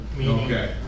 Okay